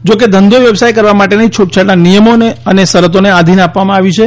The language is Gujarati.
જોકે ધંધો વ્યવસાય કરવા માટેની છૂટછાટ નિયમો અને શરતોને આધીન આપવામાં આવી છે